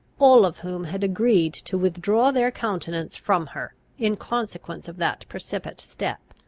all of whom had agreed to withdraw their countenance from her in consequence of that precipitate step.